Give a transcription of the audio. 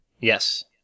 Yes